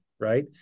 Right